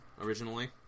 originally